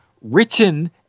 written